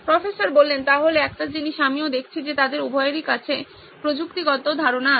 professor তাহলে একটা জিনিস আমিও দেখছি যে তাদের উভয়েরই কাছে প্রযুক্তিগত ধারণা আছে